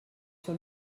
sur